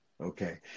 Okay